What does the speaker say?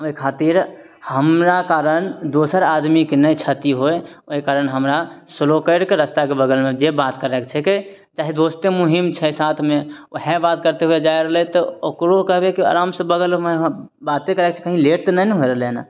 ओहि खातिर हमरा कारण दोसर आदमीके नहि क्षति होइ एहि कारण हमरा स्लो करिके रास्ताके बगलमे जे बात करयके छीकै चाहे दोस्ते मुहिम छै साथ मे वएह बात करते हुए जा रहलै तऽ तऽ ओकरो कहबै आराम से बगलमे बाते करयके छै कही लेट तऽ नहि ने होइ रहलै हन